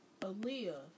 Aaliyah